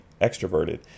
extroverted